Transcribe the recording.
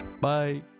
Bye